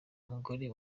umugore